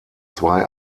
zwei